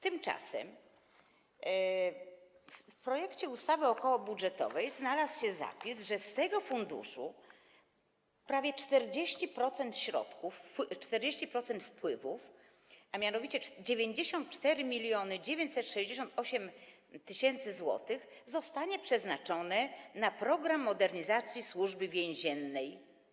Tymczasem w projekcie ustawy okołobudżetowej znalazł się zapis, że z tego funduszu prawie 40% środków, 40% wpływów, a mianowicie 94 968 tys. zł, zostanie przeznaczone na program modernizacji Służby Więziennej.